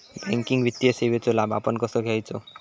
Banking वित्तीय सेवाचो लाभ आपण कसो घेयाचो?